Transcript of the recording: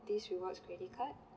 this rewards credit card